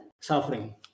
suffering